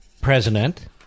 President